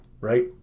Right